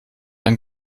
ein